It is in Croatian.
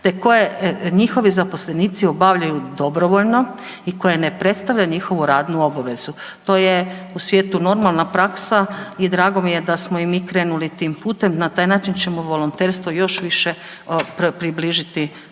te koje njihovi zaposlenici obavljaju dobrovoljno i koje ne predstavlja njihovu radnu obavezu. To je u svijetu normalna praksa i drago mi je da smo i mi krenuli tim putem. Na taj način ćemo volonterstvo još više približiti